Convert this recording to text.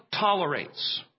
tolerates